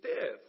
death